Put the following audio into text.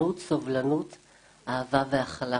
הוא הוקם לצערי מתוך אי-מענה של השטח בעצם.